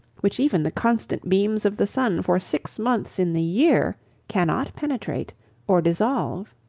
which even the constant beams of the sun for six months in the year cannot penetrate or dissolve.